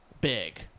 big